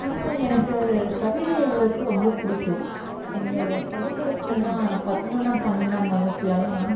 ஆனால் எனக்கு கவிதை எழுதுகிறக்கு ரொம்ப பிடிக்கும் இந்த பள்ளிக்கூடத்துலல்லாம் பதினொன்னாம் பன்னெண்டாம் வகுப்புலலாம்